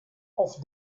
auf